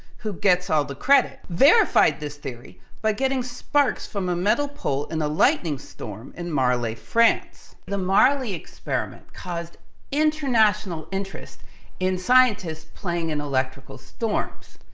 who gets all the credit, verified this theory, by getting sparks from a metal pole in a lightening storm in marley, france. the marley experiment caused international interest in scientists playing in electrical storms,